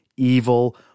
Evil